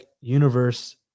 universe